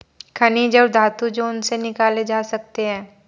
खनिज और धातु जो उनसे निकाले जा सकते हैं